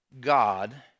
God